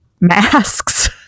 masks